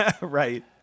Right